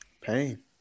Pain